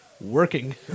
working